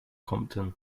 compton